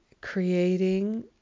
creating